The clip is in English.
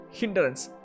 hindrance